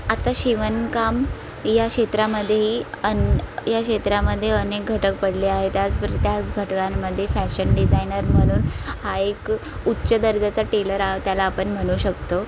आता शिवणकाम या क्षेत्रामध्येही आणि या क्षेत्रामध्ये अनेक घटक पडले आहे त्याच बरो त्याच घटकांमध्ये फॅशन डिझायनर म्हणून हा एक उच्च दर्जाचा टेलर त्याला आपण म्हणू शकतो